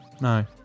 no